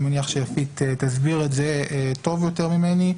אני מניח שיפית תסביר את זה טוב יותר ממני,